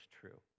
true